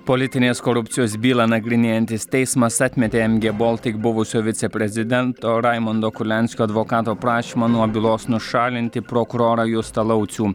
politinės korupcijos bylą nagrinėjantis teismas atmetė mg baltic buvusio viceprezidento raimundo kurlianskio advokato prašymą nuo bylos nušalinti prokurorą justą laucių